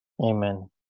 Amen